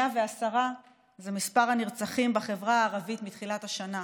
110 זה מספר הנרצחים בחברה הערבית מתחילת השנה.